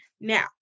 Now